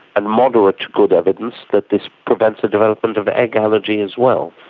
and moderate good evidence that this prevents the development of egg allergy as well.